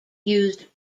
used